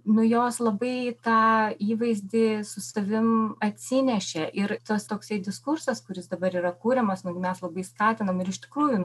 n ujos labai tą įvaizdį su savim atsinešė ir tas toksai diskursas kuris dabar yra kuriamas nu mes labai skatinam ir iš tikrųjų